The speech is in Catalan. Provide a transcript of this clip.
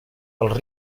els